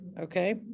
okay